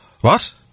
What